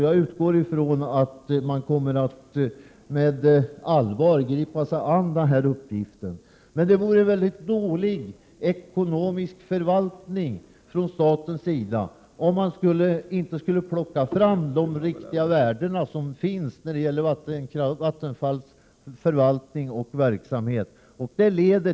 Jag utgår från att man på allvar kommer att gripa sig an den uppgift man fått. För statens del skulle det vara mycket dålig ekonomi, om man inte tog fram de riktiga värdena beträffande Vattenfalls förvaltning och verksamhet.